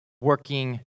working